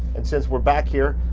and since we're back here,